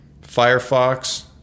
Firefox